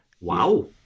Wow